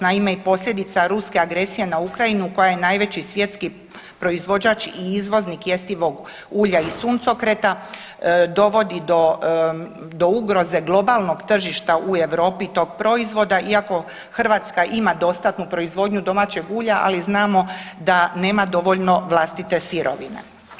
Naime, i posljedica ruske agresije na Ukrajinu koja je najveći svjetski proizvođač i izvoznik jestivog ulja i suncokreta dovodi do, do ugroze globalnog tržišta u Europi tog proizvoda iako Hrvatska ima dostatnu proizvodnju domaćeg ulja, ali znamo da nema dovoljno vlastite sirovine.